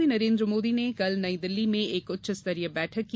प्रधानमंत्री नरेन्द्र मोदी ने कल नई दिल्ली में एक उच्चस्तरीय बैठक की